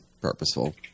purposeful